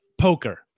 Poker